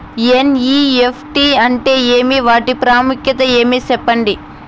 NEFT అంటే ఏమి వాటి ప్రాముఖ్యత ఏమి? సెప్పండి?